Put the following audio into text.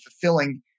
fulfilling